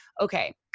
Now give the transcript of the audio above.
okay